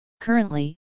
Currently